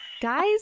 Guys